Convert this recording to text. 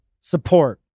support